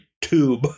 tube